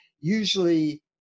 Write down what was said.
Usually